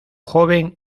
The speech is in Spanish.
joven